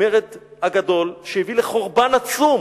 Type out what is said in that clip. המרד הגדול, שהביא לחורבן עצום